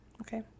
Okay